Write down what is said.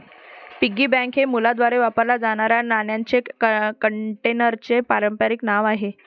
piggy bank हे मुलांद्वारे वापरल्या जाणाऱ्या नाण्यांच्या कंटेनरचे पारंपारिक नाव आहे